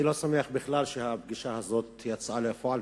אני לא שמח בכלל שהפגישה הזאת יצאה לפועל,